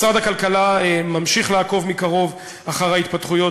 משרד הכלכלה ממשיך לעקוב מקרוב אחר ההתפתחויות,